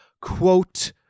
quote